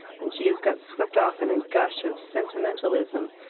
and she has got swept off in a gush of sentimentalism.